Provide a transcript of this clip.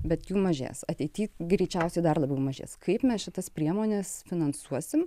bet jų mažės ateity greičiausiai dar labiau mažės kaip mes šitas priemones finansuosim